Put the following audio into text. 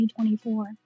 2024